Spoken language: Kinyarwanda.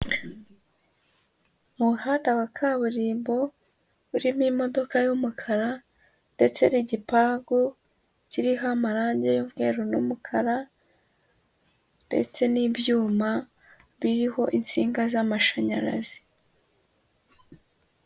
Umuhanda wa kaburimbo, urimo imodoka y'umukara ndetse n'igipangu kiriho amarange y'umweru n'umukara ndetse n'ibyuma biriho insinga z'amashanyarazi.